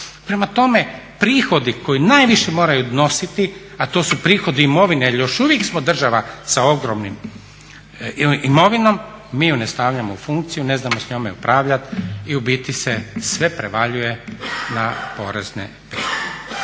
Prema tome, prihodi koji najviše moraju nositi a to su prihodi imovine jer još uvijek smo država sa ogromnom imovinom mi ju ne stavljamo u funkciju, ne znamo s njome upravljati i u biti se sve prevaljuje na porezne prihode.